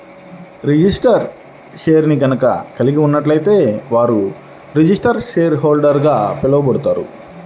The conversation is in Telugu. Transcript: రిజిస్టర్డ్ షేర్ని గనక కలిగి ఉన్నట్లయితే వారు రిజిస్టర్డ్ షేర్హోల్డర్గా పిలవబడతారు